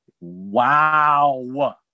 Wow